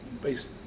based